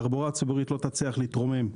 התחבורה הציבורית לא תצליח להתרומם.